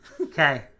Okay